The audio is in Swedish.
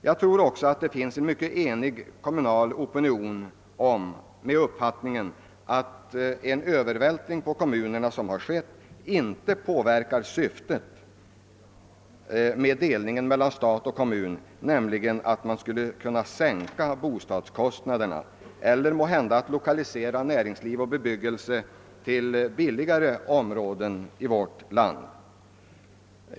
Jag tror också att det är en mycket enig kommunal uppfattning att den övervältring på kommunerna som skett inte påverkar syftet med uppdelningen mellan stat och kommun, alltså att kun na sänka bostadskostnaderna eller måhända att lokalisera näringsliv och bebyggelse till mindre kostnadskrävande områden i vårt land.